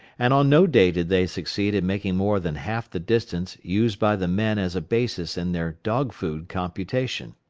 and on no day did they succeed in making more than half the distance used by the men as a basis in their dog-food computation.